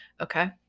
Okay